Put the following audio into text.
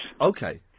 Okay